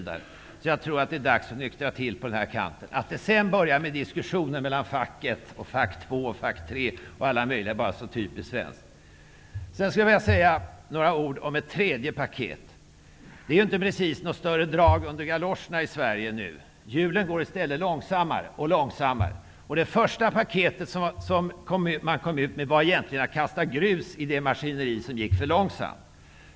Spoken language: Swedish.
Det är nog dags att nyktra till på den här punkten. Att börja med diskussioner mellan facket och fack 1, fack 2, fack 3 och alla möjliga andra är så typiskt svenskt. Sedan vill jag säga ett par ord om ett tredje paket. Det är inte precis något större drag under galoscherna nu i Sverige. Hjulen går i stället långsammare och långsammare. Det första paketet som man kom med var egentligen som att kasta grus i det maskineri som gick för långsamt.